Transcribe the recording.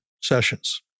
sessions